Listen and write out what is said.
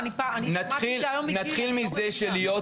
אני חושבת שאנחנו